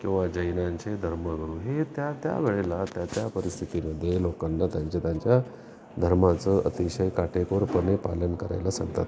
किंवा जैनांचे धर्मगुरू हे त्या त्यावेळेला त्या त्या परिस्थितीमध्ये लोकांना त्यांच्या त्यांच्या धर्माचं अतिशय काटेकोरपणे पालन करायला सांगतात